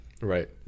Right